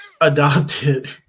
adopted